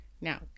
Now